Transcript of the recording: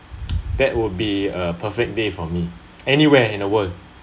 that would be a perfect day for me anywhere in the world